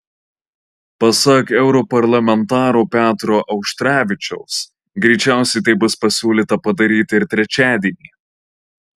pasak europarlamentaro petro auštrevičiaus greičiausiai tai bus pasiūlyta padaryti ir trečiadienį